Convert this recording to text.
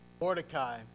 Mordecai